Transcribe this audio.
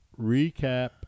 recap